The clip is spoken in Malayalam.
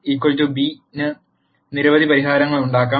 A x b ന് നിരവധി പരിഹാരങ്ങൾ ഉണ്ടാകാം